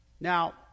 now